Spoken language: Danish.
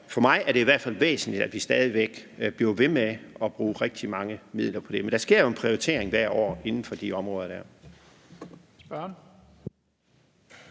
for mig er det i hvert fald væsentligt, at vi stadig væk bliver ved med at bruge rigtig mange midler på det, men der sker jo en prioritering hvert år inden for de områder.